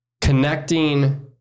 connecting